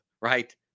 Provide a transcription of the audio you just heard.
right